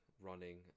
running